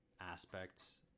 aspects